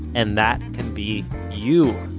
and that can be you.